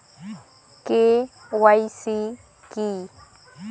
KYC কী?